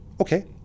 Okay